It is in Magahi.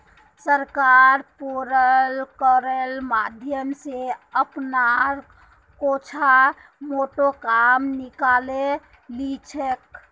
सरकार पेरोल करेर माध्यम स अपनार छोटो मोटो काम निकाले ली छेक